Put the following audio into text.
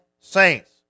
saints